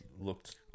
looked